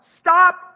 Stop